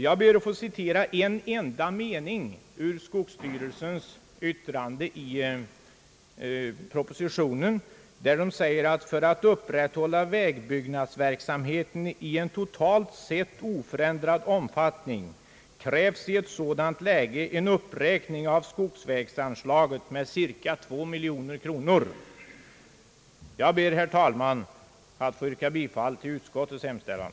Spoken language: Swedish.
Jag ber att få citera en enda mening ur skogsstyrelsens yttrande enligt propositionen: »För att upprätthålla vägbyggnadsverksamheten i en totalt sett oförändrad omfattning krävs i ett sådant läge en uppräkning av skogsväganslaget med ca 2 milj.kr.» Jag ber, herr talman, att få yrka bifall till utskottets hemställan.